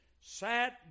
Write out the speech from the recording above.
sat